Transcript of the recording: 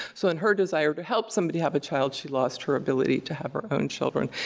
so, in her desire to help somebody have a child, she lost her ability to have her own children,